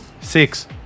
Six